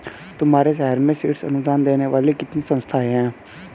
तुम्हारे शहर में शीर्ष अनुदान देने वाली कितनी संस्थाएं हैं?